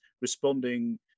responding